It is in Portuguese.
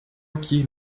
aqui